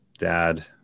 dad